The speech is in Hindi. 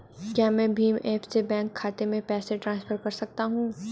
क्या मैं भीम ऐप से बैंक खाते में पैसे ट्रांसफर कर सकता हूँ?